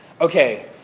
okay